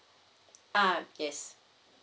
ah yes